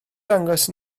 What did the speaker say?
dangos